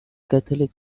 catholic